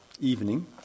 evening